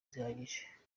zihagije